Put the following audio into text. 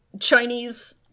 Chinese